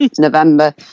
November